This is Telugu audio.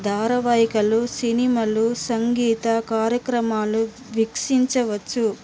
ధారావాహికలు సినిమాలు సంగీత కార్యక్రమాలు వీక్షించవచ్చు